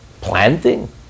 Planting